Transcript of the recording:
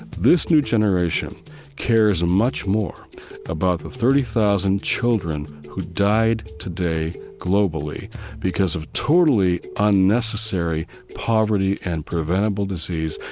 this new generation cares much more about the thirty thousand children who died today globally because of totally unnecessary poverty and preventable disease,